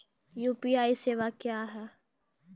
UPI सेवा क्या हैं?